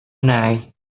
night